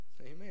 Amen